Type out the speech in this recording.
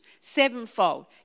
sevenfold